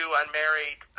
unmarried